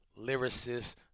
lyricist